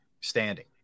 standing